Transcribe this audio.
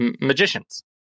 Magicians